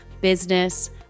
business